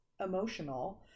emotional